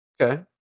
Okay